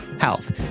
health